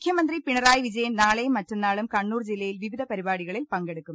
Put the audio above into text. മുഖ്യമന്ത്രി പിണറായി വിജയൻ നാളെയും മറ്റെന്നാളും കണ്ണൂർ ജില്ലയിൽ വിവിധ പരിപ്പാടികളിൽ പങ്കെടുക്കും